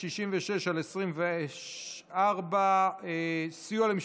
משה גפני ויצחק פינדרוס עברה בקריאה הטרומית